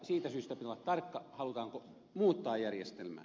siitä syystä pitää olla tarkka halutaanko muuttaa järjestelmää